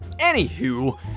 Anywho